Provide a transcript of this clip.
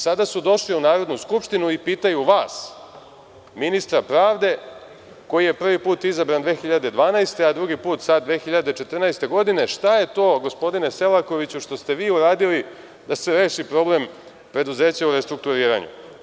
Sada su došli u Narodnu skupštinu i pitaju vas, ministra pravde, koji je prvi put izabran 2012. godine, a drugi put sad, 2014. godine, šta je to, gospodine Selakoviću, što ste vi uradili da se reši problem preduzeća u restrukturiranju?